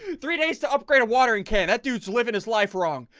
three days to upgrade a watering can that dudes living his life wrong?